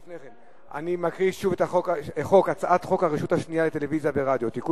להעביר את הצעת חוק הרשות השנייה לטלוויזיה ורדיו (תיקון